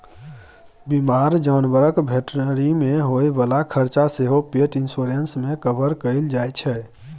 बीमार जानबरक भेटनरी मे होइ बला खरचा सेहो पेट इन्स्योरेन्स मे कवर कएल जाइ छै